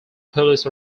police